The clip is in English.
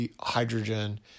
hydrogen